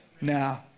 Now